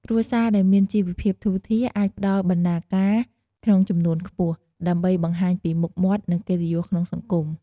គ្រួសារដែលមានជីវភាពធូរធារអាចផ្តល់បណ្ណាការក្នុងចំនួនខ្ពស់ ដើម្បីបង្ហាញពីមុខមាត់ និងកិត្តិយសក្នុងសង្គម។